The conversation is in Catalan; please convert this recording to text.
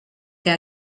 què